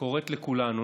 קוראת לכולנו